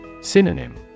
Synonym